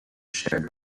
shared